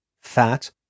fat